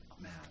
man